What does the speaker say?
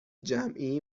جمعی